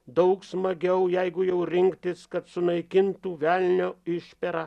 daug smagiau jeigu jau rinktis kad sunaikintų velnio išpera